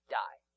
die